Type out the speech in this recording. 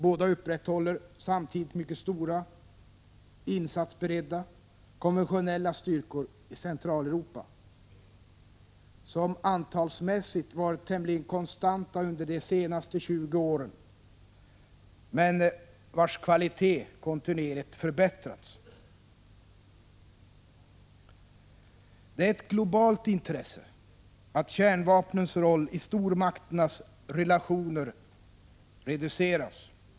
Båda upprätthåller samtidigt mycket stora, insatsberedda konventionella styrkor i Centraleuropa, som antalmässigt varit tämligen konstanta under de senaste 20 åren men vilkas kvalitet kontinuerligt förbättrats. Det är ett globalt intresse att kärnvapnens roll i stormakternas relationer reduceras.